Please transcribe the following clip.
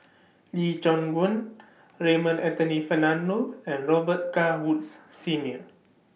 Lee Choon Guan Raymond Anthony Fernando and Robet Carr Woods Senior